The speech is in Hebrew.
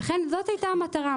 לכן זאת הייתה המטרה,